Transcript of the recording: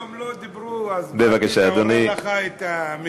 היום לא דיברו, אז אני מעורר לך את המליאה.